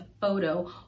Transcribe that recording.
photo